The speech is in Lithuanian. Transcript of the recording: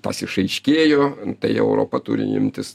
tas išaiškėjo tai europa turi imtis